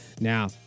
Now